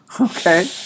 Okay